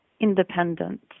independent